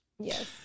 Yes